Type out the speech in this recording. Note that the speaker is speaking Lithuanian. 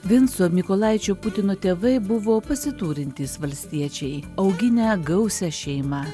vinco mykolaičio putino tėvai buvo pasiturintys valstiečiai auginę gausią šeimą